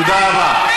תודה רבה.